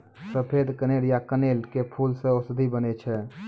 सफेद कनेर या कनेल के फूल सॅ औषधि बनै छै